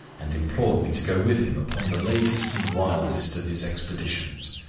and implored me to go with him upon the latest and wildest of his expeditions.